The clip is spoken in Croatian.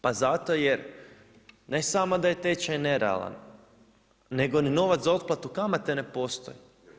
Pa zato jer ne samo da je tečaj nerealan, nego niti novac za otplatu kamate ne postoji.